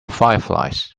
fireflies